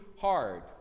hard